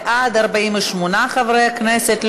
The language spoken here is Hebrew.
בעד, 48 חברי כנסת.